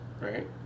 right